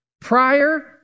Prior